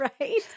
Right